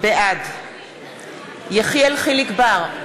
בעד יחיאל חיליק בר,